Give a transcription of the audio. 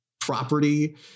property